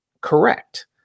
correct